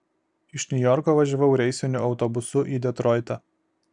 iš niujorko važiavau reisiniu autobusu į detroitą